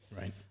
Right